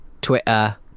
twitter